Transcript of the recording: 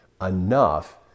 enough